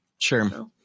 Sure